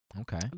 Okay